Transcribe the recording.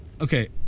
okay